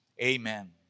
amen